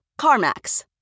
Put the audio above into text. CarMax